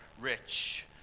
rich